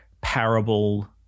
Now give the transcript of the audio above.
parable